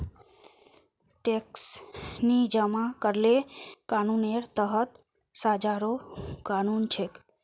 tax नी जमा करले कानूनेर तहत सजारो कानून छेक